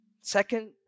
Second